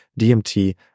DMT